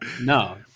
No